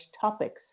topics